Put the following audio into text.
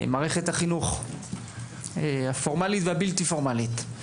מערכת החינוך הפורמלית והבלתי פורמלית,